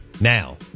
Now